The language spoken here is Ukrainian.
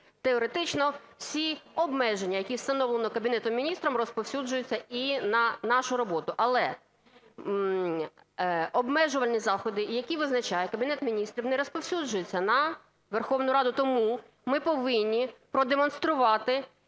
Теоретично всі обмеження, які встановлені Кабінетом Міністрів, розповсюджуються і на нашу роботу. Але обмежувальні заходи, які визначає Кабінет Міністрів, не розповсюджуються на Верховну Раду. Тому ми повинні продемонструвати